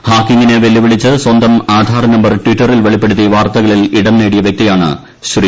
ഹാക്കിങ്ങിന് വെല്ലുവിളിച്ച് സ്വന്തം ആധാർ നമ്പർ ട്വിറ്ററിൽ വെളിപ്പെടുത്തി വാർത്തകളിൽ ഇടം നേടിയ വ്യക്തിയാണ് ശ്രീ